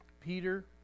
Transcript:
Peter